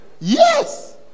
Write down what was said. yes